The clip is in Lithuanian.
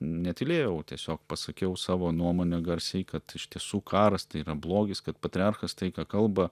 netylėjau tiesiog pasakiau savo nuomonę garsiai kad iš tiesų karas tai yra blogis kad patriarchas tai ką kalba